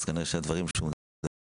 אז כנראה הדברים שהוא אומר